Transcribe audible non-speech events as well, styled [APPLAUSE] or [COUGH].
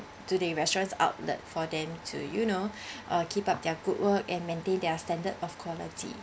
to the restaurants outlet for them to you know [BREATH] uh keep up their good work and maintain their standard of quality